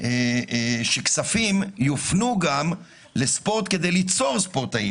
שאותם כספים יופנו גם לספורט כדי ליצור ספורטאים